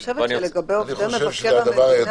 אני חושבת שלגבי עובדי מבקר המדינה,